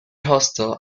hostel